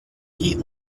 heat